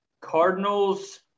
Cardinals